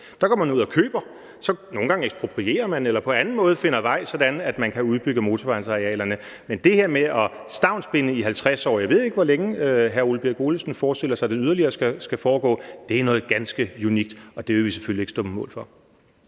Der går man ud og køber. Nogle gange eksproprierer man eller finder på anden måde vej, sådan at man kan udbygge motorvejsarealerne. Men det her med at stavnsbinde i 50 år – jeg ved ikke, hvor længe hr. Ole Birk Olesen forestiller sig det yderligere skal foregå – er noget ganske unikt, og det vil vi selvfølgelig ikke stå på mål for.